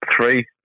three